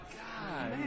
god